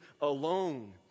alone